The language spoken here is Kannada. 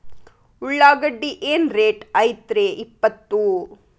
ಉಳ್ಳಾಗಡ್ಡಿ ಏನ್ ರೇಟ್ ಐತ್ರೇ ಇಪ್ಪತ್ತು?